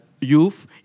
youth